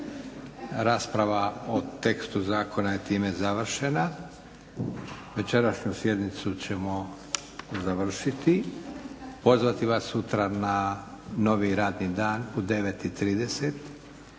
Rasprava o tekstu zakona je time završena. Večerašnju sjednicu ćemo završiti, pozvati vas sutra na novi radni dan u 9,30